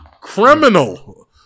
Criminal